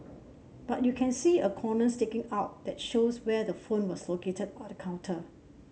but you can see a corner sticking out that shows where the phone was located on the counter